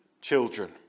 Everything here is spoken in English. children